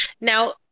Now